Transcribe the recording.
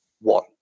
one